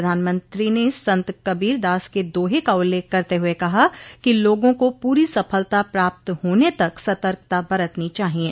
प्रधानमंत्री ने संत कबीरदास के दोह का उल्लेख करते हुए कहा कि लोगों को पूरी सफलता प्राप्त होने तक सतर्कता बरतनी चाहिये